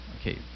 okay